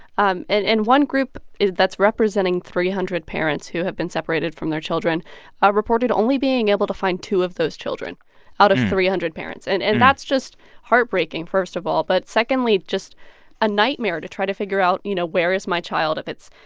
um and and one group that's representing three hundred parents who have been separated from their children ah reported only being able to find two of those children out of three hundred parents. and and that's just heartbreaking, first of all, but secondly, just a nightmare to try to figure out, you know where is my child? if it's,